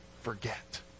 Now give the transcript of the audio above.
forget